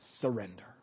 Surrender